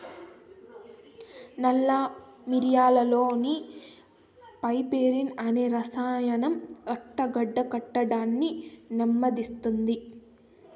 నల్ల మిరియాలులోని పైపెరిన్ అనే రసాయనం రక్తం గడ్డకట్టడాన్ని నెమ్మదిస్తుంది